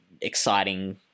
exciting